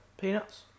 Peanuts